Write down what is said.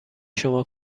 شما